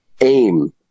aim